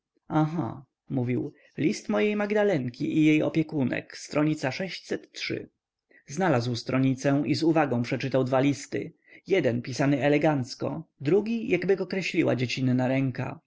aha mówił list mojej magdalenki i jej opiekunki stronnicy sześć trzy znalazł stronicę i z uwagą przeczytał dwa listy jeden pisany elegancko drugi jakby go kreśliła dziecinna ręka